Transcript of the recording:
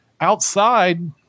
outside